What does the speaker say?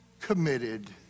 committed